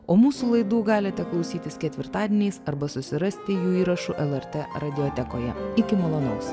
o mūsų laidų galite klausytis ketvirtadieniais arba susirasti jų įrašus lrt radijotekoje iki malonaus